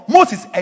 Moses